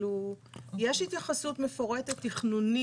יש התייחסות מפורטת תכנונית.